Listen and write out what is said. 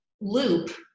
loop